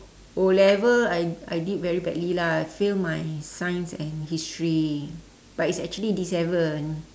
O-level I I did very badly lah fail my science and history but it's actually D seven